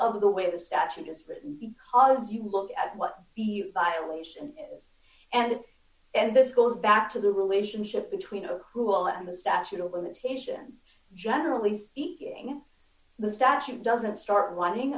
of the way the statute is was you look at what the violation and it is and this goes back to the relationship between accrual and the statute of limitations generally speaking the statute doesn't start running